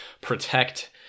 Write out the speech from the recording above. Protect